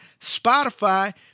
Spotify